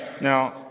Now